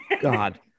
God